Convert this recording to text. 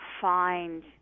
find